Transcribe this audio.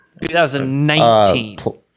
2019